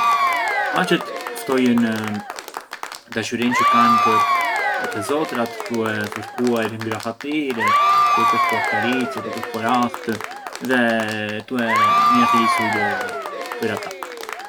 Maçet ftojëan dashurin çë kanë për të zotrat tue fërkuar ngrah atyre, tue kërkuar karicje, tue kërkuar ahtë dhe tue miellisur për ata.